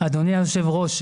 אדוני היושב-ראש,